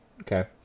Okay